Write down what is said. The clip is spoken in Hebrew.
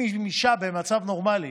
אם אישה במצב נורמלי